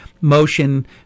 motion